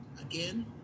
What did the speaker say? Again